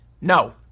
No